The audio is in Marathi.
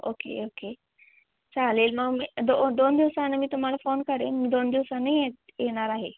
ओके ओके चालेल मग मी दो दोन दिवसानं मी तुम्हाला फोन करेन मी दोन दिवसांनी येत् येणार आहे